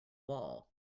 wall